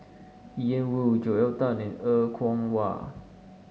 Ian Woo Joel Tan and Er Kwong Wah